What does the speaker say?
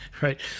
right